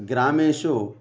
ग्रामेषु